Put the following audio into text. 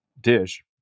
dish